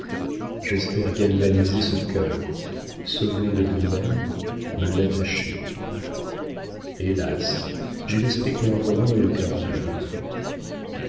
j'espère galvaniser ce cœur le sauver de lui-même me l'attacher hélas j'ai l'esprit clairvoyant et le cœur aveugle